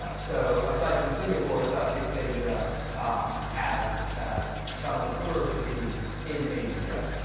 so, aside from singapore southeast asia ah has some of the poorest cities in asia.